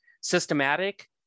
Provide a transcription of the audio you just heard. systematic